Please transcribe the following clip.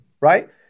right